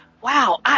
Wow